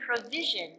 provision